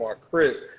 Chris